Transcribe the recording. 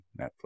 Netflix